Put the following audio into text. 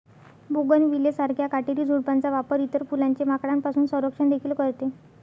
bougainvillea सारख्या काटेरी झुडपांचा वापर इतर फुलांचे माकडांपासून संरक्षण देखील करते